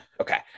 Okay